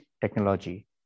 technology